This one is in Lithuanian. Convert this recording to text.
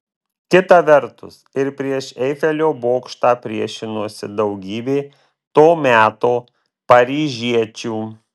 kita vertus ir prieš eifelio bokštą priešinosi daugybė to meto paryžiečių